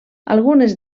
algunes